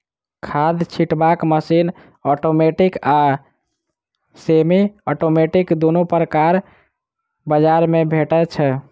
खाद छिटबाक machine automatic आ सेमी औटोमेटिक दुनू प्रकारक बजार मे भेटै छै